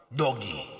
doggy